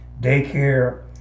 daycare